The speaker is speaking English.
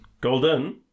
Golden